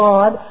God